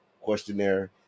questionnaire